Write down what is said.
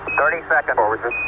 thirty seconds.